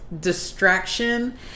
distraction